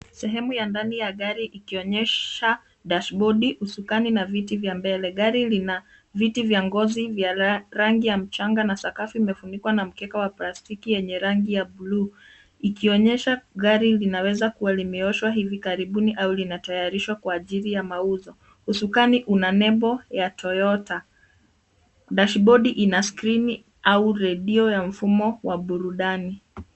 Sehemu ya ndani ya gari ikionyesha dashbodi, usukani na viti vya mbele. Gari lina viti vya ngozi vya rangi ya mchanga na sakafu imefunikwa na mkeka wa plastiki yenye rangi ya bluu ikionyesha gari linaweza kuwa limeoshwa hivi karibuni au linatayarishwa kwa ajili ya mauzo. Usukani una nembo ya Toyota. Dashbodi ina skrini au redio ya mfumo wa burudani.